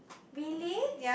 really